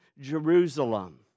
Jerusalem